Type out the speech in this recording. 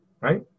right